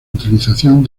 utilización